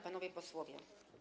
Panowie Posłowie!